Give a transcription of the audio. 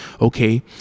Okay